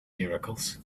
miracles